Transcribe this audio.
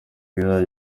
yayo